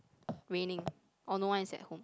raining or no one is at home